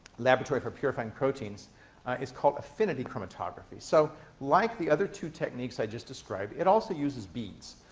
laboratory for purifying proteins is called affinity chromatography. so, like the other two techniques i just described, it also uses beads.